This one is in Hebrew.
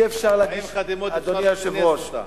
40 חתימות, אפשר לכנס אותה.